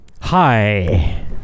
Hi